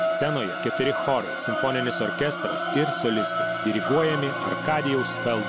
scenoje keturi chorai simfoninis orkestras ir soliste diriguojami arkadijaus fel